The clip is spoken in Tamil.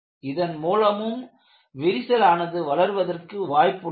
இதன் மூலமும் விரிசல் ஆனது வளர்வதற்கு வாய்ப்பு உள்ளது